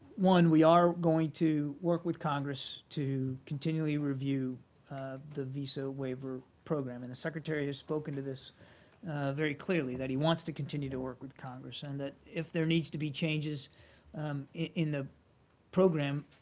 one, we are going to work with congress to continually review the visa waiver program. and the secretary has spoken to this very clearly, that he wants to continue to work with congress and that if there needs to be changes in the program,